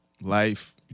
life